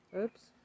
Oops